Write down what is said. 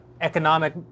economic